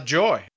joy